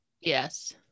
Yes